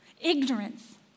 ignorance